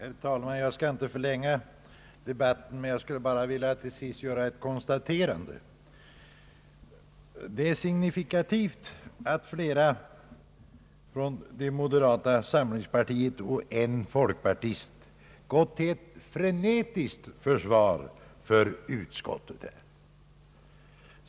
Herr talman! Jag skall inte förlänga debatten mycket utan vill till sist bara göra det konstaterandet att det till synes är signifikativt att flera ledamöter av moderata samlingspartiet och en folkpartist stått upp till frenetiskt försvar för utskottet i detta ärende.